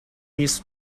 his